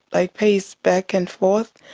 like paced back and forth,